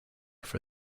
for